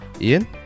Ian